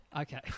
Okay